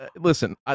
listen